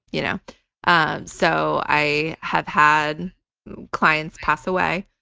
you know ah so i have had clients pass away,